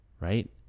right